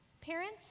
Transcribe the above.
Parents